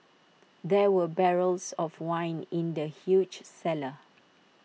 there were barrels of wine in the huge cellar